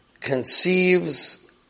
conceives